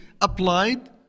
applied